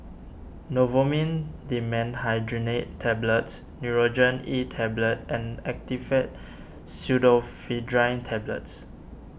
Novomin Dimenhydrinate Tablets Nurogen E Tablet and Actifed Pseudoephedrine Tablets